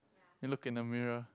and look at the mirror